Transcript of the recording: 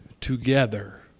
together